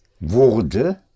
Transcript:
wurde